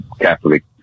Catholic